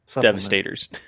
devastators